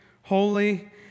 holy